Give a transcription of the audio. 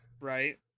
right